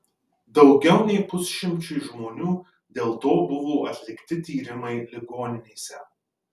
daugiau nei pusšimčiui žmonių dėl to buvo atlikti tyrimai ligoninėse